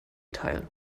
teil